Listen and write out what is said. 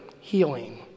healing